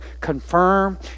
confirm